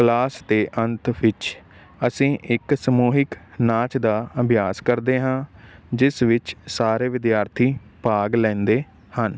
class ਦੇ ਅੰਤ ਵਿੱਚ ਅਸੀਂ ਇੱਕ ਸਮੂਹਿਕ ਨਾਚ ਦਾ ਅਭਿਆਸ ਕਰਦੇ ਹਾਂ ਜਿਸ ਵਿੱਚ ਸਾਰੇ ਵਿਦਿਆਰਥੀ ਭਾਗ ਲੈਂਦੇ ਹਨ